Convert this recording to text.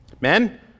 Men